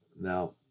Now